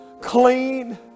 clean